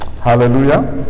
Hallelujah